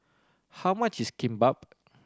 how much is Kimbap